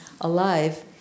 alive